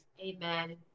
Amen